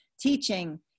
teaching